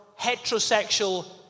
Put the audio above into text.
heterosexual